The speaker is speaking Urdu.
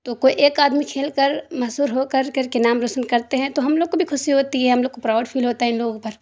تو کوئی ایک آدمی کھیل کر مشہور ہو کر کر کے نام روشن کرتے ہیں تو ہم لوگ کو بھی خوشی ہوتی ہے ہم لوگ کو پراؤڈ فیل ہوتا ہے ان لوگوں پر